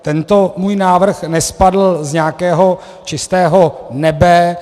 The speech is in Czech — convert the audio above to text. Tento můj návrh nespadl z nějakého čistého nebe.